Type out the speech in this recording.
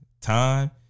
Time